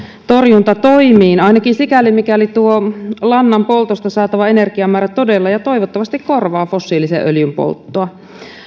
torjuntatoimiin ainakin sikäli mikäli tuo lannan poltosta saatava energiamäärä todella ja toivottavasti korvaa fossiilisen öljyn polttoa